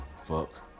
fuck